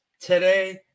today